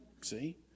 see